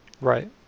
Right